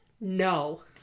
No